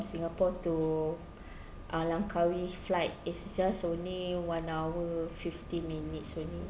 singapore to uh langkawi flight is j~ just only one hour fifty minutes only